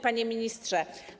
Panie Ministrze!